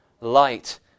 light